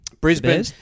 Brisbane